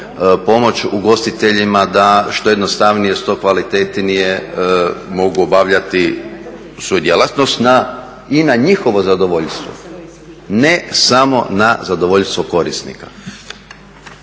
pomoći ugostiteljima da što jednostavnije, što kvalitetnije mogu obavljati svoju djelatnost i na njihovo zadovoljstvo. Ne smo na zadovoljstvo korisnika.